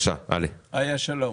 איה, שלום.